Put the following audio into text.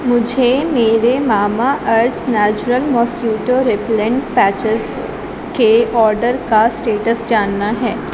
مجھے میرے Mamaearth natural mosquito repellent patches کے آرڈر کا اسٹیٹس جاننا ہے